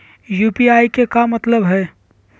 UPI के का मतलब हई?